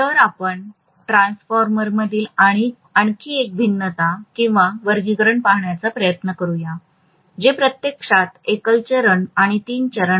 तर आपण ट्रान्सफॉर्मरमधील आणखी एक भिन्नता किंवा वर्गीकरण पाहण्याचा प्रयत्न करूया जे प्रत्यक्षात एकल चरण आणि तीन चरण आहे